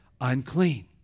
Unclean